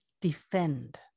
defend